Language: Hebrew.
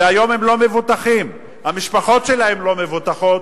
שהיום הם לא מבוטחים, המשפחות שלהם לא מבוטחות,